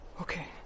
Okay